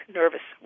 nervous